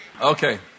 Okay